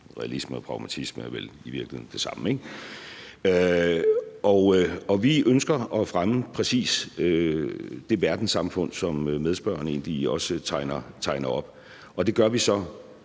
realisme og pragmatisme er vel i virkeligheden det samme, ikke? Vi ønsker at fremme præcis det verdenssamfund, som medspørgeren tegner op,